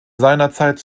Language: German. seinerzeit